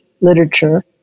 Literature